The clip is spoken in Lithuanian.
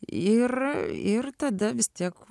ir ir tada vis tiek